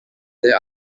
there